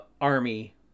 army